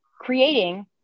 creating